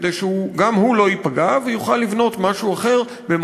כדי שגם הוא לא ייפגע ויוכל לבנות במקום